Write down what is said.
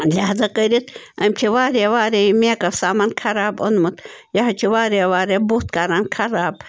لہزا کٔرِتھ أمہِ چھِ وارِیاہ وارِیاہ یہِ مٮ۪کف سَمان خراب اوٚنمُت یہِ حظ چھُ وارِیاہ وارِیاہ بُتھ کَران خراب